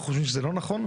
אנחנו חושבים שזה לא נכון.